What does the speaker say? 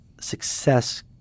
success